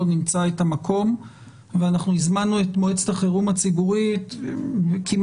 ימצא את המקום ואנחנו הזמנו את מועצת החירום הציבורית כמעט